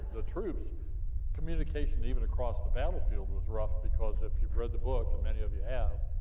the troop's communication, even across the battlefield, was rough, because if you've read the book, and many of yeah